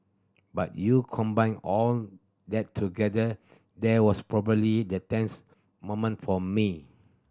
but you combine all that together there was probably the tense moment for me